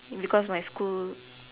is because my school